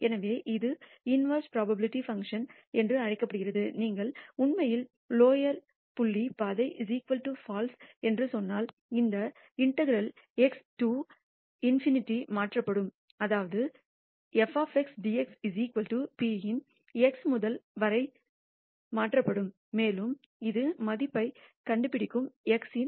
எனவே இது inverse probability function என்று அழைக்கப்படுகிறது நீங்கள் உண்மையில் லோவெற் புள்ளி பாதை FALSE என்று சொன்னால் இந்த இன்டெகரால் x to ∞ மாற்றப்படும் அதாவது f dx p இன் x முதல் வரை மாற்றப்படும் மேலும் அது மதிப்பைக் கண்டுபிடிக்கும் x இன்